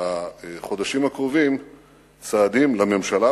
החודשים הקרובים צעדים לממשלה,